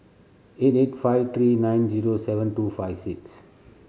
eight eight five three nine zero seven two five six